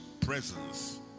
presence